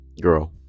girl